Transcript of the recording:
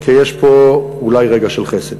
כי יש פה אולי רגע של חסד.